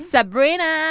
Sabrina